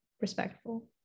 respectful